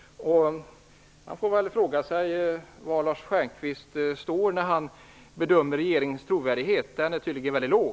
Man måste fråga sig var Lars Stjernkvist står när han bedömer regeringens trovärdighet. Den är tydligen väldigt låg.